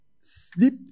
Sleep